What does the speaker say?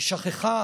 היא שכחה